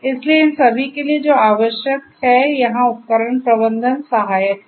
इसलिए इन सभी के लिए जो आवश्यक है यहां उपकरण प्रबंधन सहायक है